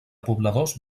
pobladors